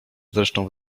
zresztą